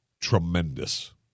tremendous